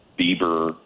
Bieber